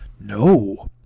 No